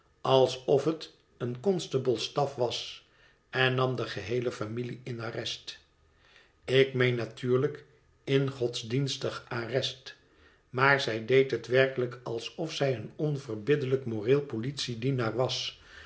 alsof het een constables staf was en nam do geheele familie in arrest ik meen natuurlijk in godsdienstig arrest maar zij deed hot werkelijk alsof zij een onverbiddelijk moreel politiedienaar was